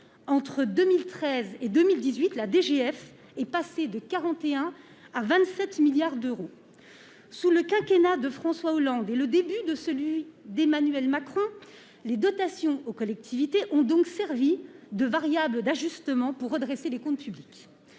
entre 2013 et 2018 la DGF est passé de 41 à 27 milliards d'euros sous le quinquennat de François Hollande et le début de celui d'Emmanuel Macron, les dotations aux collectivités ont donc servi de variable d'ajustement pour redresser les comptes publics,